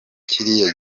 kiriya